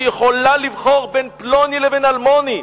שיכולה לבחור בין פלוני לבין אלמוני,